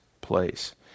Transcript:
place